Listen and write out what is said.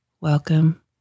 welcome